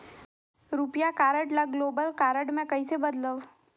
रुपिया कारड ल global card मे कइसे बदलव?